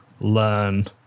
learn